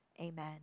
amen